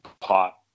pot